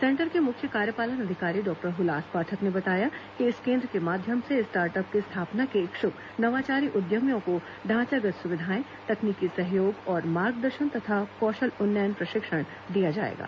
centre के मुख्य कार्यपालन अधिकारी डॉक्टर हुलास पाठक ने बताया कि इस केन्द्र के माध्यम से स्टार्टअप की स्थापना के इच्छुक नवाचारी उद्यमियों को ढ़ांचागत सुविधाएं तकनीकी सहयोग और मार्गदर्शन तथा कौशल उन्नयन प्रशिक्षण दिया जाएगा